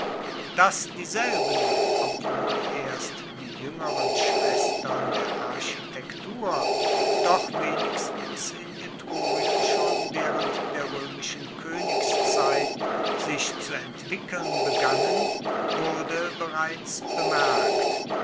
dass dieselben obwohl erst die juengeren schwestern der architektur doch wenigstens in etrurien schon waehrend der roemischen koenigszeit sich zu entwickeln begannen wurde bereits bemerkt